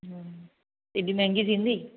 हेॾी महांगी थींदी